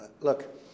Look